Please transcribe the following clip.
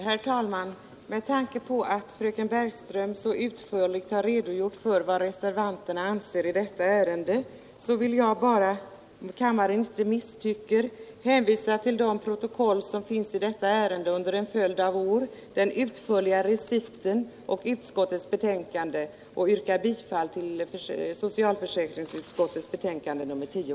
Herr talman! Med tanke på att fröken Bergström så utförligt redogjort för vad reservanterna anser i detta ärende vill jag bara, om kammaren inte misstycker, hänvisa till protokollen över riksdagsbehandlingen av denna fråga under en följd av år, den utförliga reciten och utskottets betänkande. Jag yrkar bifall till socialförsäkringsutskottets hemställan i betänkande nr 10.